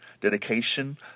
dedication